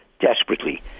desperately